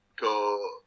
go